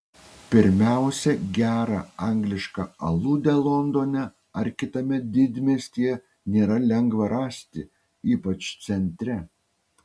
pirmiausia gerą anglišką aludę londone ar kitame didmiestyje nėra lengva rasti ypač centre